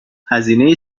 هزینه